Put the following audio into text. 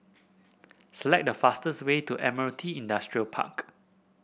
select the fastest way to Admiralty Industrial Park